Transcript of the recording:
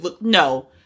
No